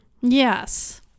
yes